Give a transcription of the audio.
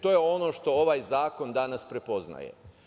To je ono što ovaj zakon danas prepoznaje.